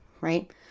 right